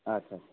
আচ্ছা